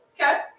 Okay